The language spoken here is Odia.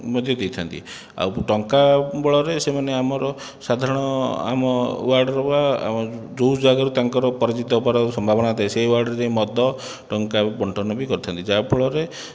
ମଧ୍ୟ ଦେଇଥାନ୍ତି ଆଉ ଟଙ୍କା ବଳରେ ସେମାନେ ଆମର ସାଧାରଣ ଆମର ୱାର୍ଡ଼ର ବା ଯେଉଁ ଜାଗାରୁ ତାଙ୍କର ପରାଜିତ ହବାର ସମ୍ଭାବନା ଥାଏ ସେଇ ୱାର୍ଡ଼ରେ ଯାଇ ମଦ ଟଙ୍କା ବଣ୍ଟନ ବି କରିଥାନ୍ତି ଯାହାଫଳରେ